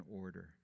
order